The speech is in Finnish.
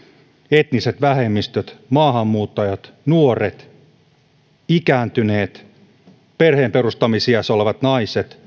etniset vähemmistöt maahanmuuttajat nuoret ja ikääntyneet aikuiset perheenperustamisiässä olevat naiset